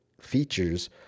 features